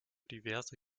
diverse